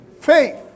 faith